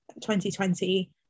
2020